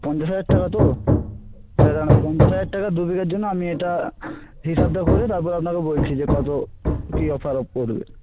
পঞ্চাশ হাজার টাকা তো আচ্ছা দাঁড়ান পঞ্চাশ হাজার টাকা দুবিঘার জন্য আপনি এটা হিসাবটা করে তারপর আপনাকে বলছি যে কত কী অফার পড়বে